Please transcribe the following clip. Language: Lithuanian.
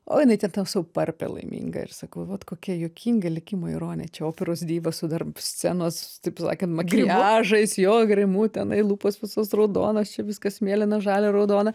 o jinai ten sau parpia laiminga ir sakau vat kokia juokinga likimo ironija čia operos diva su dar scenos taip sakant makiažais jo grimu tenai lūpos visos raudonos čia viskas mėlyna žalia raudona